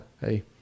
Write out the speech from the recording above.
hey